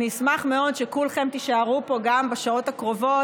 אשמח מאוד שכולכם תישארו פה גם בשעות הקרובות,